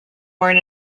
born